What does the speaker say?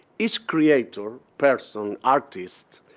its creator, person, artist,